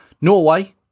Norway